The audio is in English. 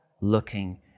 looking